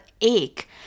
ache